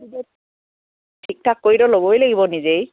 ঠিক ঠাক কৰিতো ল'বই লাগিব নিজেই